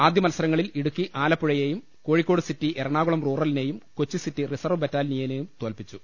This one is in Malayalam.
ആദ്യ മത്സരങ്ങളിൽ ഇടുക്കി ആലപ്പുഴയെയും കോഴിക്കോട് സിറ്റി എറണാകുളം റൂറ ലിനെയും കൊച്ചി സിറ്റി റിസർവ് ബറ്റാലിയനെയും തോൽപ്പിച്ചു